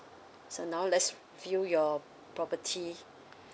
so now let's fill your property